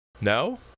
No